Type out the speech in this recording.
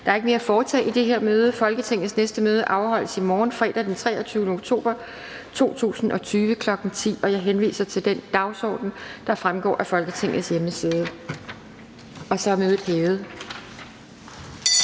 Der er ikke mere at foretage i det her møde. Folketingets næste møde afholdes i morgen, fredag den 23. oktober 2020, kl. 10.00. Jeg henviser til den dagsorden, der fremgår af Folketingets hjemmeside. Mødet er hævet.